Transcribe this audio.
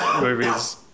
movies